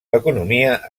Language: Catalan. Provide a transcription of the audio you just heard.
l’economia